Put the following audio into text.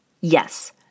Yes